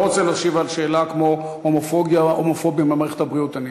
אתה לא רוצה להשיב על שאלה כמו: הומופוביה במערכת הבריאות?